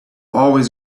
always